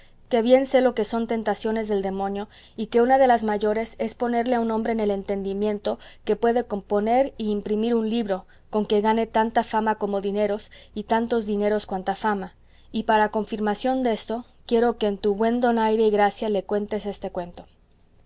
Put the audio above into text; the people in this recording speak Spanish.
que bien sé lo que son tentaciones del demonio y que una de las mayores es ponerle a un hombre en el entendimiento que puede componer y imprimir un libro con que gane tanta fama como dineros y tantos dineros cuanta fama y para confirmación desto quiero que en tu buen donaire y gracia le cuentes este cuento